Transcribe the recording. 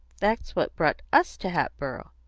that's what brought us to hatboro'.